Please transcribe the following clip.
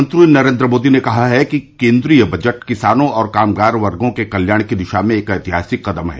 प्रधानमंत्री नरेन्द्र मोदी ने कहा है कि केन्द्रीय बजट किसानों और कामगार वर्गो के कल्याण की दिशा में एक ऐतिहासिक कदम है